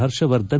ಪರ್ಷವರ್ಧನ್